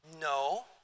no